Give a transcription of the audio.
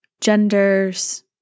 genders